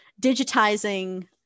digitizing